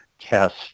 test